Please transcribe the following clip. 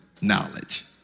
knowledge